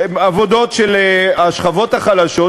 עבודות של השכבות החלשות,